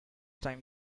time